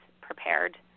prepared